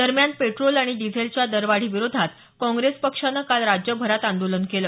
दरम्यान या पेट्रोल आणि डिझेलच्या दरवाढी विरोधात काँग्रेस पक्षानं काल राज्यभरात आंदोलन केलं